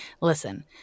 listen